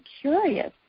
curious